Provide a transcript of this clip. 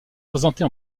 présentées